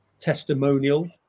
testimonial